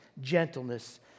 gentleness